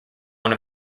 one